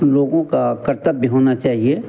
लोगों का कर्तव्य होना चाहिए